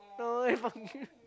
no